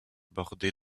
bordée